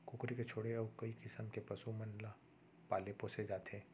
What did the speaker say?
कुकरी के छोड़े अउ कई किसम के पसु मन ल पाले पोसे जाथे